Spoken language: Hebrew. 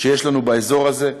שיש לנו באזור הזה.